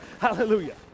Hallelujah